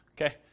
Okay